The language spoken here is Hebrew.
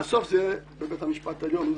בסוף זה יהיה בבית המשפט העליון,